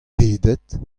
pedet